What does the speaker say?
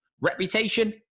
Reputation